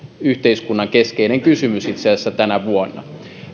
yhteiskunnan keskeinen kysymys tänä vuonna